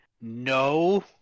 No